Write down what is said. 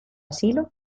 asilo